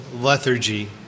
lethargy